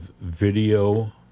video